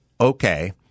okay